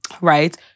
right